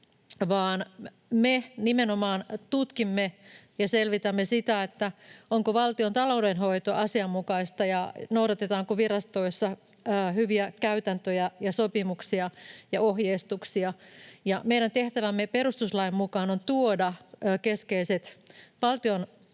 me nimenomaan tutkimme ja selvitämme sitä, onko valtion taloudenhoito asianmukaista ja noudatetaanko virastoissa hyviä käytäntöjä ja sopimuksia ja ohjeistuksia. Meidän tehtävämme perustuslain mukaan on tuoda valtion budjetin